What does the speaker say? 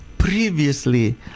previously